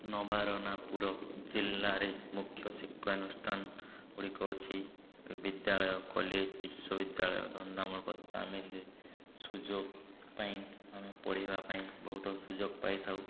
ନବାରଣପୁର ଜିଲ୍ଲାରେ ମୁଖ୍ୟ ଶିକ୍ଷାନୁଷ୍ଠାନ ଗୁଡ଼ିକ ଅଛି ବିଦ୍ୟାଳୟ କଲେଜ ବିଶ୍ୱବିଦ୍ୟାଳୟ ଧନ୍ଦାମୂଳକ ତାମିଲରେ ସୁଯୋଗ ପାଇଁ ଆମେ ପଢ଼ିବା ପାଇଁ ବହୁତ ସୁଯୋଗ ପାଇଥାଉ